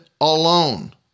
alone